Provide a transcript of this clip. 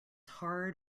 hard